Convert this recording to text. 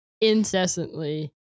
incessantly